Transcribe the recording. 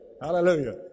Hallelujah